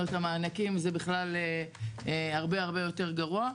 המענקים זה בכלל הרבה יותר גרוע,